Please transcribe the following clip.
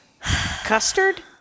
Custard